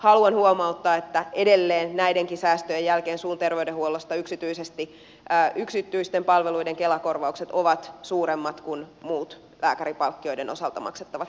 haluan huomauttaa että edelleen näidenkin säästöjen jälkeen suun ter veydenhuollosta yksityisten palveluiden kela korvaukset ovat suuremmat kuin muut lääkärinpalkkioiden osalta maksettavat kela korvaukset